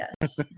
Yes